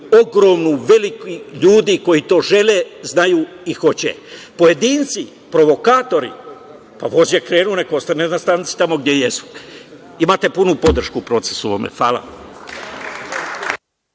ogromnu, velikih ljudi koji to žele, znaju i hoće. Pojedinci, provokatori, pa, voz je krenuo, nek ostanu na stanici gde jesu. Imate punu podršku u ovom procesu. Hvala.